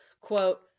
quote